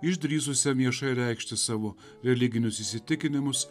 išdrįsusiam viešai reikšti savo religinius įsitikinimus